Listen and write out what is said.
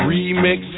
Remix